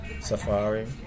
Safari